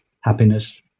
happiness